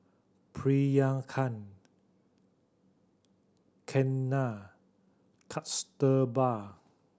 Priyanka Ketna Kasturba